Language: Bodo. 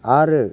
आरो